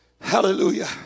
Hallelujah